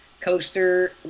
coaster